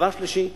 דבר שלישי,